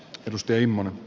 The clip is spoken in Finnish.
perusteemana